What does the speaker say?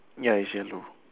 ya it's yellow